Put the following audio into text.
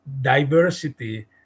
diversity